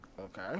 Okay